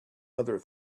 other